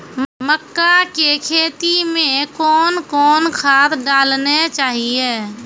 मक्का के खेती मे कौन कौन खाद डालने चाहिए?